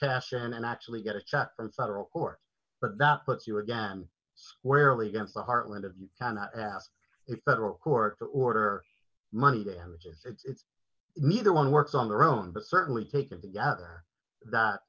cash in and actually get a chop and federal court but that puts you again squarely against the heartland of you cannot ask federal court order money damages it's neither one works on their own but certainly taken together that